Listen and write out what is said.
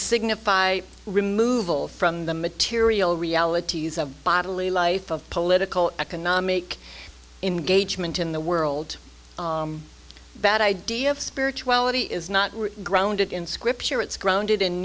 signify removal from the material realities of bodily life of political economic engagement in the world bad idea of spirituality is not grounded in scripture it's grounded in